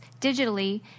digitally